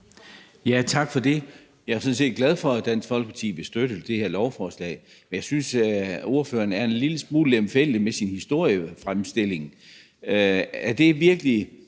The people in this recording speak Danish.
(S): Tak for det. Jeg er jo sådan set glad for, at Dansk Folkeparti vil støtte det her lovforslag. Men jeg synes, at ordføreren er en lille smule lemfældig med sin historiefremstilling. Er det, at der